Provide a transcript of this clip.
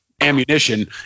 ammunition